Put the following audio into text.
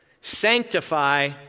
Sanctify